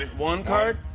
and one card,